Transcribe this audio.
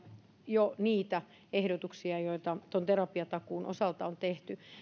jo niitä ehdotuksia joita tuon terapiatakuun osalta on tehty